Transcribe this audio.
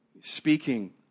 speaking